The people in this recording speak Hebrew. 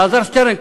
אלעזר שטרן?